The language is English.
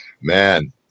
man